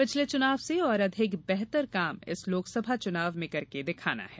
पिछले चुनाव से और अधिक बेहतर कार्य इस लोकसभा चुनाव में करके दिखाना है